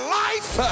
life